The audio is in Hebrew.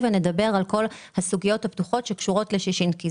ונדבר על כל הסוגיות הפתוחות שקשורות לששינסקי,